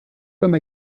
comme